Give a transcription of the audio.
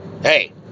Hey